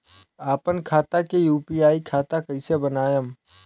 आपन खाता के यू.पी.आई खाता कईसे बनाएम?